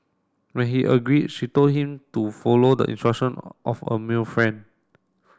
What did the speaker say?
when he agreed she told him to follow the instruction of a male friend